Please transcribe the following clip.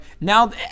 now